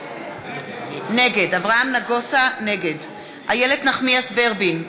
נגד איילת נחמיאס ורבין,